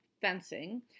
fencing